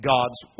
God's